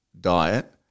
diet